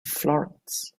florence